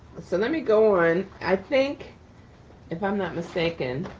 so let me go on, i think if i'm not mistaken,